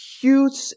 huge